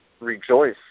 rejoice